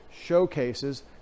showcases